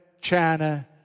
China